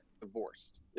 divorced